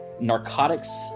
narcotics